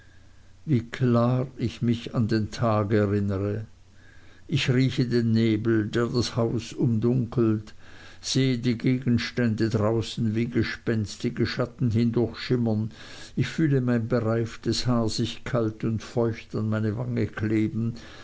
wie klar ich mich an den tag erinnere ich rieche den nebel der das haus umdunkelt sehe die gegenstände draußen wie gespenstische schatten hindurchschimmern ich fühle mein bereiftes haar sich kalt und feucht an meine wange kleben